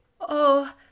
Oh